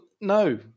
no